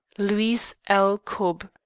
louise l. cobb